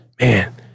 Man